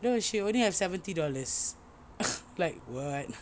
no she only have seventy dollars like what